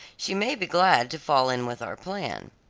she may be glad to fall in with our plan.